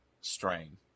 Strain